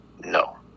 No